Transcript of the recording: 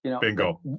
Bingo